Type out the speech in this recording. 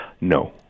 no